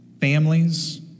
families